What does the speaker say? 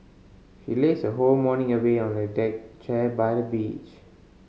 she lazed her whole morning away on a deck chair by the beach